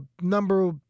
number